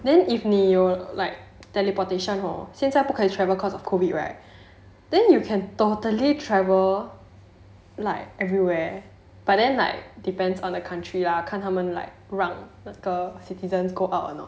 then if 你有 like teleportation hor 现在不可以 travel cause of COVID right then you can totally travel like everywhere but then like depends on the country lah 看他们让那个 citizens go out a not